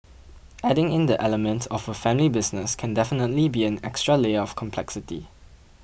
adding in the element of a family business can definitely be an extra layer of complexity